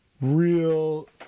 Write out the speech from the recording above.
real